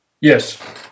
Yes